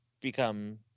become